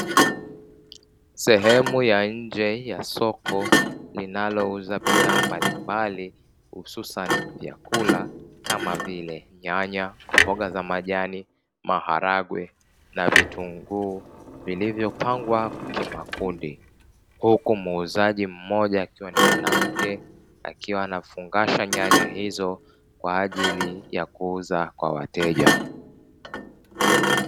Sehemu ya nje ya soko linalouza bidhaa mbalimbali hususa ni vyakula kamavile nyanya, mboga za majani, maharage na vitunguu. Vilivyopangwa kwa makundi huku muuzaji mmoja akiwa ni mwanamke akiwa anafungasha nyanya hizo kwaajili ya kuuza kwa wateja.